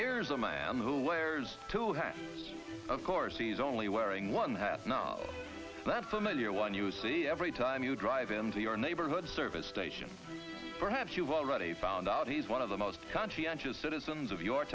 here's a man who wears to have of course he's only wearing one half that familiar one you see every time you drive into your neighborhood service station perhaps you've already found out he's one of the most conscientious citizens of your